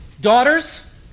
Daughters